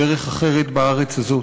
דרך אחרת בארץ הזאת.